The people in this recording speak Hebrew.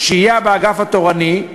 שהייה באגף התורני,